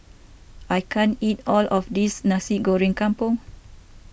I can't eat all of this Nasi Goreng Kampung